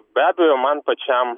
be abejo man pačiam